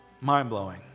mind-blowing